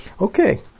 Okay